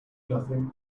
nothing